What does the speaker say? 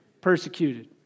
Persecuted